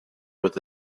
with